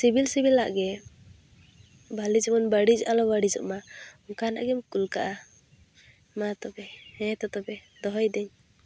ᱥᱤᱵᱤᱞ ᱥᱤᱵᱤᱞᱟᱜ ᱜᱮ ᱵᱷᱟᱞᱮ ᱡᱮᱢᱚᱱ ᱵᱟᱹᱲᱤᱡ ᱟᱞᱚ ᱵᱟᱹᱲᱤᱡᱚᱜ ᱢᱟ ᱚᱝᱠᱟᱱᱟᱜ ᱜᱮᱢ ᱠᱳᱞᱠᱟᱜᱼᱟ ᱢᱟ ᱛᱚᱵᱮ ᱦᱮᱸ ᱛᱚ ᱛᱚᱵᱮ ᱫᱚᱦᱚᱭᱫᱟᱹᱧ